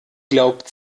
glaubt